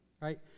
right